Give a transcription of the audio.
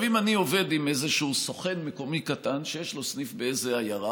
אם אני עובד עם סוכן מקומי קטן שיש לו סניף באיזו עיירה,